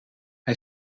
hij